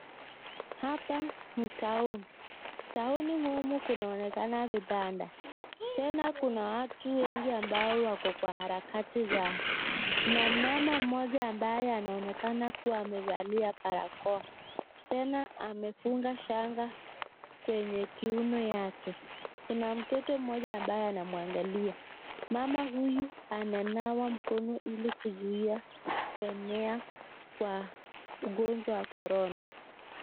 Hapa ni town , town humu kunaonekana vibanda. Tena kuna watu wengi ambao wako kwa harakati zao. Kuna mama moja ambaye anaonekana kuwa amevalia barakoa, tena amefunga shanga kwenye kiuono yake. Kuna mtoto moja ambaye anamwangalia, mama huyu ananawa mkono ili kuzuia kuenea kwa ugonjwa wa corona .